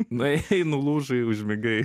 nuėjai nulūžai užmigai